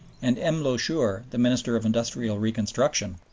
and m. loucheur, the minister of industrial reconstruction,